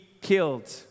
killed